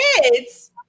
kids